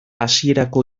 hasierako